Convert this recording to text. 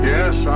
Yes